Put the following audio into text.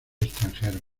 extranjeros